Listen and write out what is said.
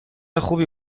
خوبی